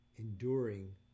enduring